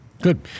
Good